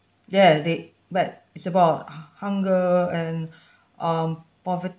ya they but it's about h~ hunger and um poverty